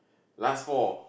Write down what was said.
last four